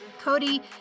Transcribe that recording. Cody